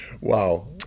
Wow